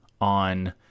on